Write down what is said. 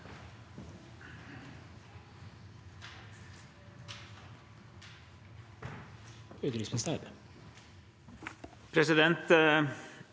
Presidenten